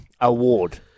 award